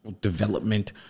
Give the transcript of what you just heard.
development